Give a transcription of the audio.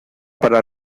para